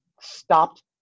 stopped